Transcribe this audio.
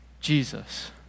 Jesus